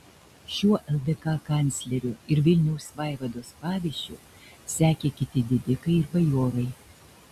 šiuo ldk kanclerio ir vilniaus vaivados pavyzdžiu sekė kiti didikai ir bajorai